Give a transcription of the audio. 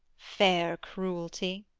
fair cruelty.